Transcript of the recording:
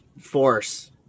force